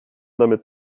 damit